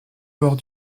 bords